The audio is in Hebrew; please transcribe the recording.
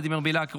ולדימיר בליאק,